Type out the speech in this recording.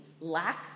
lack